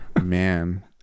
Man